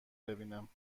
ببینم